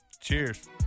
Cheers